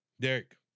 Derek